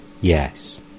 yes